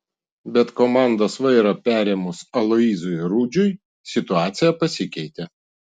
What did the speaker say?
bet komandos vairą perėmus aloyzui rudžiui situacija pasikeitė